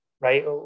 right